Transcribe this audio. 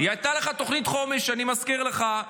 הייתה לך תוכנית חומש, אני מזכיר לך.